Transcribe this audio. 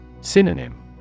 Synonym